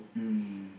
mm